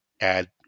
Add